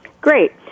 Great